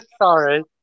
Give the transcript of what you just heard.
sorry